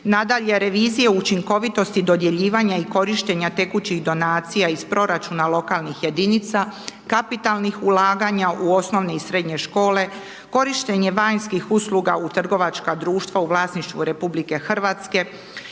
Nadalje, revizija učinkovitosti dodjeljivanja i korištenja tekućih donacija iz proračuna lokalnih jedinica, kapitalnih ulaganja u osnovne i srednje škole, korištenje vanjskih usluga u trgovačka društva u vlasništvu RH i lokalnih